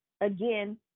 again